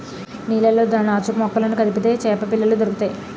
నీళ్లలో నాచుమొక్కలను కదిపితే చేపపిల్లలు దొరుకుతాయి